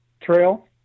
trail